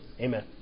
Amen